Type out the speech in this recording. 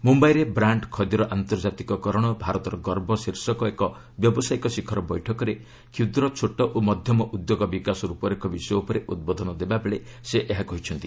ମୁମ୍ବାଇରେ 'ବ୍ରାଣ୍ଡ ଖଦିର ଆନ୍ତର୍ଜାତିକ କରଣ ଭାରତର ଗର୍ବ' ଶୀର୍ଷକ ଏକ ବ୍ୟବସାୟୀକ ଶିଖର ବୈଠକରେ କ୍ଷୁଦ୍ର ଛୋଟ ଓ ମଧ୍ୟମ ଉଦ୍ୟୋଗର ବିକାଶ ରୂପରେଖ ବିଷୟ ଉପରେ ଉଦ୍ବୋଧନ ଦେବାବେଳେ ସେ ଏହା କହିଛନ୍ତି